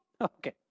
Okay